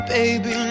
baby